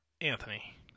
Anthony